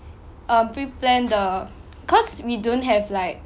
um pre-plan the cause we don't have like